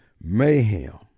Mayhem